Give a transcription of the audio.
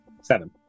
Seven